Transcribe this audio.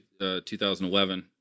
2011